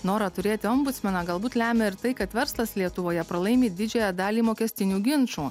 noro turėti ombudsmena galbūt lemia ir tai kad verslas lietuvoje pralaimi didžiąją dalį mokestinių ginčų